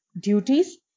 duties